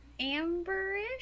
amberish